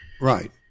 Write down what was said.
Right